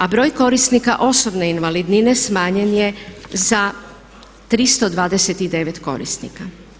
A broj korisnika osobne invalidnine smanjen je za 329 korisnika.